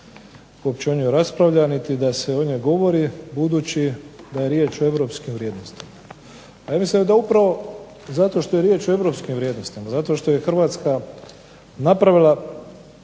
uopće o njoj raspravlja niti da se o njoj govori budući da je riječ o europskim vrijednostima. A ja mislim da je to upravo zato što je riječ o europskim vrijednostima, zato što je Hrvatska napravila